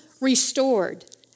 restored